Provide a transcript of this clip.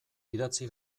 idatzi